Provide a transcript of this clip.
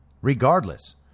Regardless